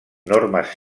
normes